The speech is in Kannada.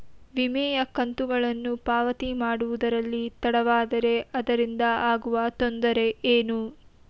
ವಿಮೆಯ ಕಂತುಗಳನ್ನು ಪಾವತಿ ಮಾಡುವುದರಲ್ಲಿ ತಡವಾದರೆ ಅದರಿಂದ ಆಗುವ ತೊಂದರೆ ಏನು?